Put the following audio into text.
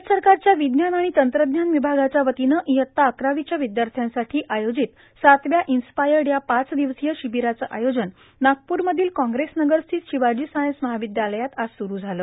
भारत सरकारच्या विज्ञान आण तंत्रज्ञान विभागाच्या वतीनं इयत्ता अकरावीच्या र्यावद्याथ्यासाठी आयोजित सातव्या इब्स्पायर्ड या पाच र्दिवसीय र्शांबराचं आयोजन नागप्रमधील कॉग्रेस नगरस्थित शिवाजी सायन्स महर्गावदयालयात आज स्रु झालं